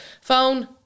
Phone